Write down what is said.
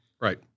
Right